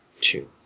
two